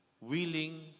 willing